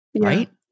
right